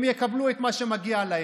הם יקבלו את מה שמגיע להם.